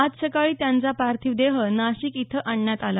आज सकाळी त्यांचा पार्थिव देह नाशिक इथं आणण्यात आला